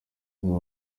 bamwe